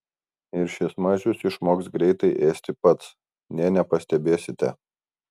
ir šis mažius išmoks greitai ėsti pats nė nepastebėsite